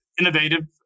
innovative